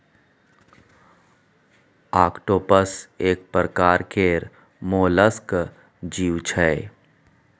octopus एक परकार केर मोलस्क जीव छै